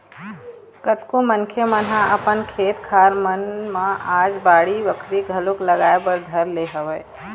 कतको मनखे मन ह अपन खेत खार मन म आज बाड़ी बखरी घलोक लगाए बर धर ले हवय